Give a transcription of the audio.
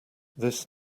this